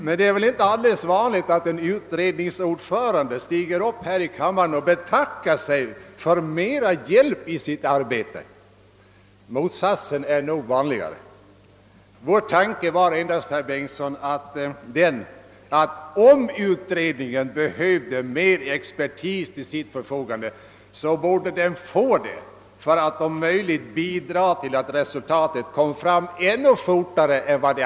Men det är inte ofta en utredningsordförande stiger upp här i kammaren och betackar sig för mera hjälp i sitt arbete; motsatsen är nog vanligare. Vår tanke var endast den, herr Bengtsson, att om utredningen behövde få mer expertis till sitt förfogande, så borde den få det för att resultatet om möjligt skulle kunna komma fram snabbare än eljest.